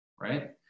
right